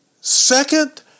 second